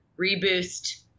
reboost